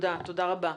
תודה רבה.